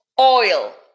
oil